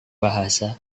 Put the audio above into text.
bahasa